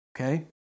Okay